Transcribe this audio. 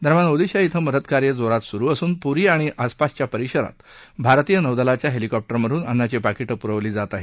दरम्यान ओडिशा श्विं मदतकार्य जोरात सुरु असून पुरी आणि आसपासच्या परिसरात भारतीय नौदलाच्या हेलिकॉप्टरमधून अन्नाची पाकिटं पुरवली जात आहेत